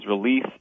release